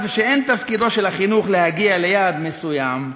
שאין תפקידו של החינוך להגיע ליעד מסוים,